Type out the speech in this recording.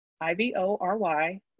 I-V-O-R-Y